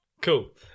Cool